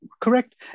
correct